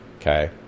Okay